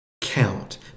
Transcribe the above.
count